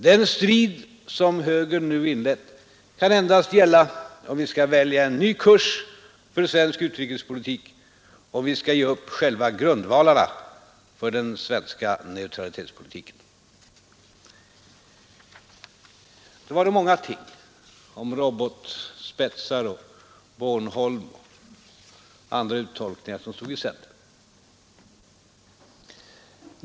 Den strid som högern nu inlett kan endast gälla om vi skall välja en ny kurs för svensk utrikespolitik, om vi skall ge upp själva grundvalarna för den svenska neutralitetspolitiken.” Det var många ting — robotspetsar, Bornholm och andra uttolkningar — som då stod i centrum.